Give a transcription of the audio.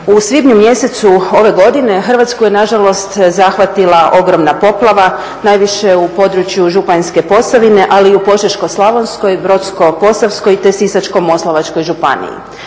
u svibnju mjesecu ove godine Hrvatsku je nažalost zahvatila ogromna poplava, najviše u području Županjske Posavine ali i u Požeško-slavonskoj i Brodsko-posavskoj te Sisačko-moslavačkoj županiji.